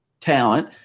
talent –